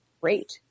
great